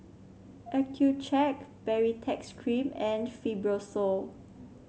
Accucheck Baritex Cream and Fibrosol